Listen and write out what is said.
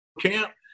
camp